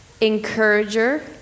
encourager